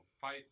fight